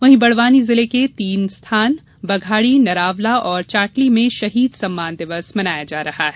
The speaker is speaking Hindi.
वहीं बड़वानी जिले के तीन स्थान बघाड़ी नरावला और चाटली में शहीद सम्मान दिवस मनाया जा रहा है